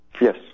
Yes